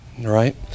Right